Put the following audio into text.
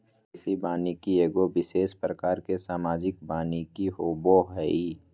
कृषि वानिकी एगो विशेष प्रकार के सामाजिक वानिकी होबो हइ